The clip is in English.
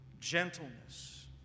gentleness